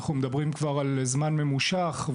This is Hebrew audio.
אנחנו מדברים על זמן ממושך,